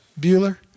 bueller